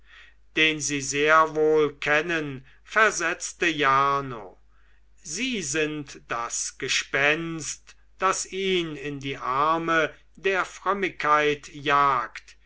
den sie sehr wohl kennen versetzte jarno sie sind das gespenst das ihn in die arme der frömmigkeit jagt